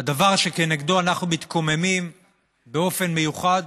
הדבר שנגדו אנחנו מתקוממים באופן מיוחד